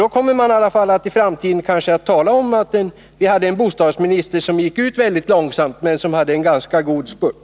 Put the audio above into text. Då kommer man i framtiden i alla fall att tala om att vi hade en bostadsminister som gick ut mycket långsamt men som hade en ganska god spurt.